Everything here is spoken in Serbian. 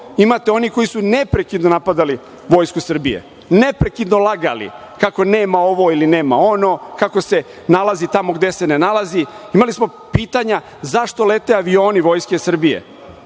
imate one koji su neprekidno napadali Vojsku Srbije, neprekidno lagali kako nema ovo ili nema ono, kako se nalazi tamo gde se ne nalazi. Imali smo pitanja, zašto lete avioni Vojske Srbije,